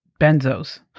benzos